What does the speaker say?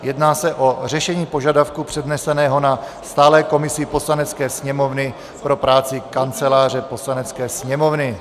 Jedná se o řešení požadavku předneseného na stálé komisi Poslanecké sněmovny pro práci Kanceláře Poslanecké sněmovny.